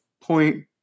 point